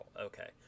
Okay